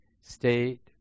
state